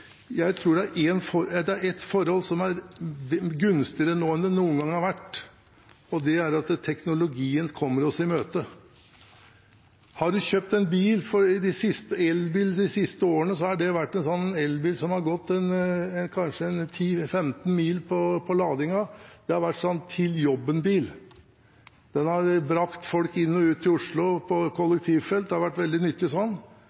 jeg det er ett forhold som er gunstigere nå enn det noen gang har vært, og det er at teknologien kommer oss i møte. Har man kjøpt en elbil de siste årene, har det vært en elbil som kanskje har gått 10–15 mil før den måtte lades. Det har vært en til-jobben-bil. Den har brakt folk inn og ut av Oslo i kollektivfeltet. Den har vært veldig nyttig på